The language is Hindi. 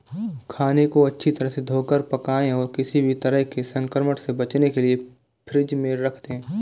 खाने को अच्छी तरह से धोकर पकाएं और किसी भी तरह के संक्रमण से बचने के लिए फ्रिज में रख दें